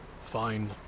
Fine